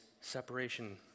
separation